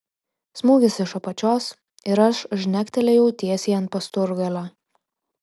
smūgis iš apačios ir aš žnektelėjau tiesiai ant pasturgalio